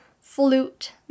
flute